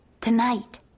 Tonight